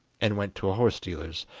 and went to a horse-dealer's,